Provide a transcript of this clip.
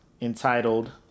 entitled